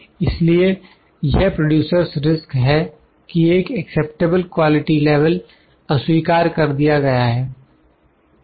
इसलिए यह producer's risk producer's risk है कि एक एक्सेप्टेबल क्वालिटी लेवल अस्वीकार कर दिया गया है